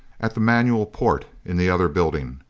at the manual port in the other building.